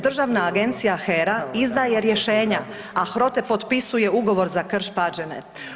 Državna agencija HER-a izdaje rješenja, a HROTE potpisuje ugovor za Krš-Pađene.